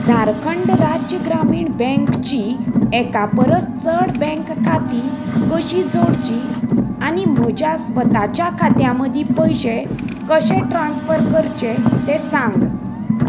झारखंड राज्य ग्रामीण बँकची एका परस चड बँक खातीं कशीं जोडचीं आनी म्हज्या स्वताच्या खात्यां मदीं पयशे कशें ट्रान्सफर करचे तें सांग